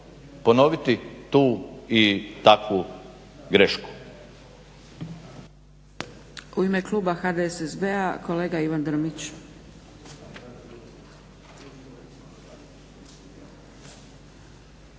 ponoviti tu i takvu grešku.